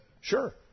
sure